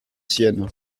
sienne